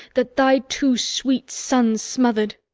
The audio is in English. that thy two sweet sons smother'd.